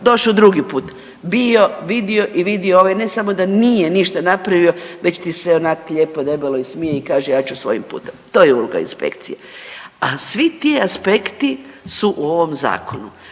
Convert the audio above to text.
Doš'o drugi put, bio, vidio i vidio, ovaj ne samo da nije ništa napravio, već ti se onak' lijepo debelo i smije i kaže, ja ću svojim putem. To je uloga inspekcije. A svi ti aspekti su u ovom Zakonu.